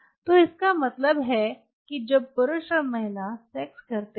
तो इसका मतलब है कि जब पुरुष और महिला सेक्स करते हैं